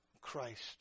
Christ